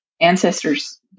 ancestors